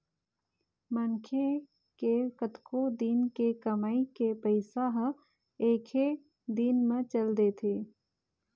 मनखे के कतको दिन के कमई के पइसा ह एके दिन म चल देथे